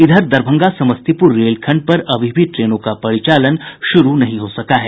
इधर दरभंगा समस्तीपुर रेलखंड पर अभी भी ट्रेनों का परिचालन शुरू नहीं हो सका है